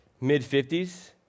mid-50s